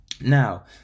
Now